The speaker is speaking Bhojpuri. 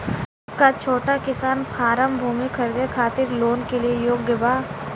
का छोटा किसान फारम भूमि खरीदे खातिर लोन के लिए योग्य बा?